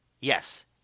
Yes